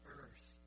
earth